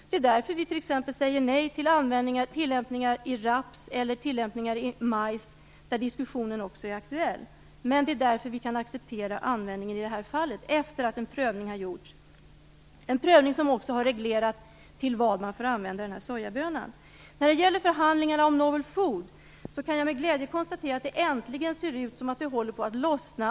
Det är därför vi t.ex. säger nej till tillämpningar i raps eller i majs, där diskussionen också är aktuell. Men det är också därför vi kan acceptera användningen i det här fallet - efter det att en prövning har gjorts, en prövning som också har reglerat vad man får använda den här sojabönan till. När det gäller förhandlingarna om novel food kan jag med glädje konstatera att det äntligen ser ut som om det håller på att lossna.